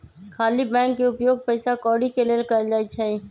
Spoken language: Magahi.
खाली बैंक के उपयोग पइसा कौरि के लेल कएल जाइ छइ